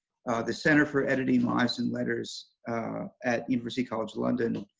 the center for editing lives and letters at university college london,